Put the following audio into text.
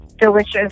Delicious